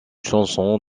chanson